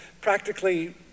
practically